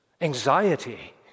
Anxiety